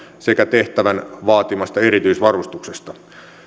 sekä tehtävän vaatimasta erityisvarustuksesta